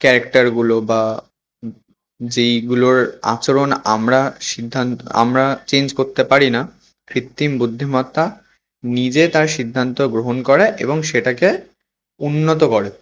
ক্যারেক্টরগুলো বা যেইগুলোর আচরণ আমরা সিদ্ধান্ত আমরা চেঞ্জ করতে পারি না কৃত্রিম বুদ্ধিমত্তা নিজে তার সিদ্ধান্ত গ্রহণ করে এবং সেটাকে উন্নত করে